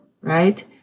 right